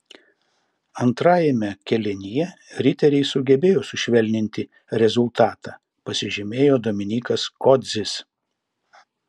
antrajame kėlinyje riteriai sugebėjo sušvelninti rezultatą pasižymėjo dominykas kodzis